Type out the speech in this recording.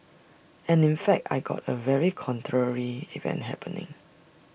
and in fact I got A very contrary event happening